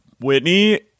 Whitney